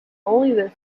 only